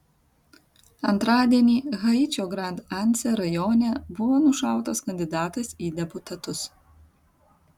antradienį haičio grand anse rajone buvo nušautas kandidatas į deputatus